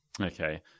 Okay